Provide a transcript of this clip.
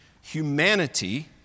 Humanity